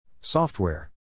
Software